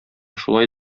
шулай